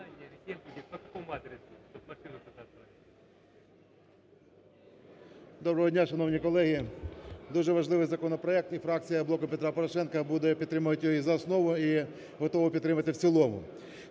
Доброго дня, шановні колеги! Дуже важливий законопроект і фракція "Блоку Петра Порошенка" буде підтримувати його і за основу, і готова підтримати в цілому.